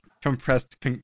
compressed